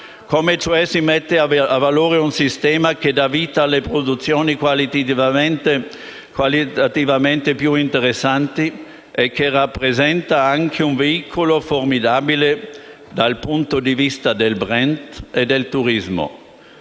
come, cioè, si mette a valore un sistema che dà vita alle produzioni qualitativamente più interessanti e che rappresenta anche un veicolo formidabile dal punto di vista del *brand* e del turismo.